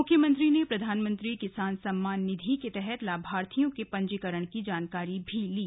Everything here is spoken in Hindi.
मुख्यमंत्री ने प्रधानमंत्री किसान सम्मान निधि के तहत लाभार्थियों के पंजीकरण की जानकारी भी ली